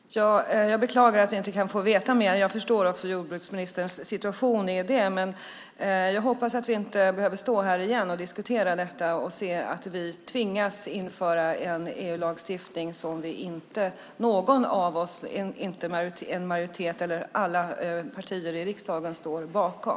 Herr talman! Jag beklagar att jag inte kan få veta mer. Jag förstår också jordbruksministerns situation. Jag hoppas att vi inte behöver stå här igen och diskutera detta och se att vi tvingas införa en EU-lagstiftning som inget parti i riksdagen står bakom.